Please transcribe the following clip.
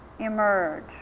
emerge